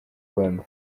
rwanda